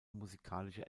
musikalische